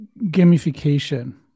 gamification